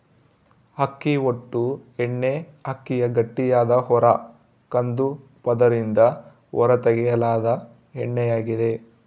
ಅಕ್ಕಿ ಹೊಟ್ಟು ಎಣ್ಣೆಅಕ್ಕಿಯ ಗಟ್ಟಿಯಾದ ಹೊರ ಕಂದು ಪದರದಿಂದ ಹೊರತೆಗೆಯಲಾದ ಎಣ್ಣೆಯಾಗಿದೆ